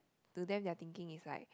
to them their thinking is like